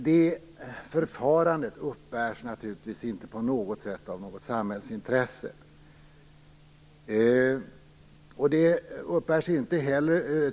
Det förfarandet uppbärs naturligtvis inte på något sätt av något samhällsintresse.